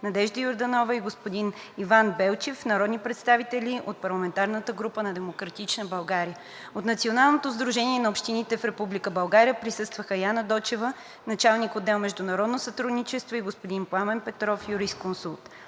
Надежда Йорданова и господин Иван Белчев – народни представители от парламентарната група на „Демократична България“. От Националното сдружение на общините в Република България присъстваха: Яна Дочева – началник-отдел „Международно сътрудничество“, и господин Пламен Петров, юрисконсулт.